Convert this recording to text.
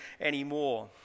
anymore